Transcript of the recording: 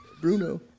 Bruno